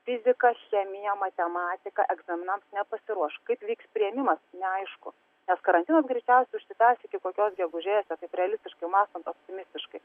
fizika chemija matematika egzaminams nepasiruoš kaip vyks priėmimas neaišku nes karantinas greičiausiai užsitęs iki kokios gegužės realistiškai mąstant optimistiškai